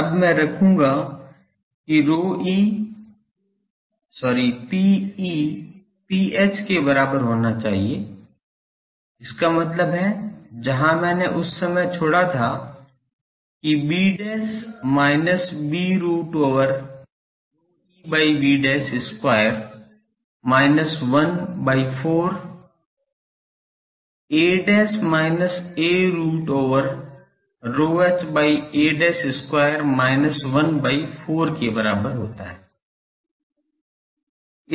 अब मैं रखूँगा कि Pe Ph के बराबर होना चाहिए इसका मतलब है जहाँ मैंने उस समय छोड़ा था कि b minus b root over ρe by b square minus 1 by 4 a minus a root over ρh by a square minus 1 by 4 के बराबर होता है